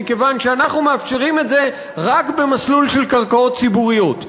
מכיוון שאנחנו מאפשרים את זה רק במסלול של קרקעות ציבוריות.